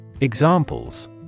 Examples